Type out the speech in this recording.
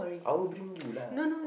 I'll bring you lah